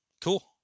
cool